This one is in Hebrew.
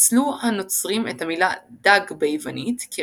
ניצלו הנוצרים את המילה דג ביוונית ΙΧΘΥΣ ichthus